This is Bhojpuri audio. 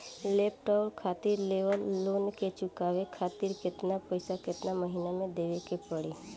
लैपटाप खातिर लेवल लोन के चुकावे खातिर केतना पैसा केतना महिना मे देवे के पड़ी?